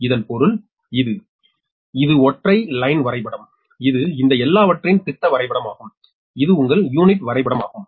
இதன் பொருள் இது இது ஒற்றை லைன் வரைபடம் இது இந்த எல்லாவற்றின் திட்ட வரைபடமாகும் இது உங்கள் யூனிட் வரைபடமாகும்